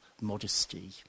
modesty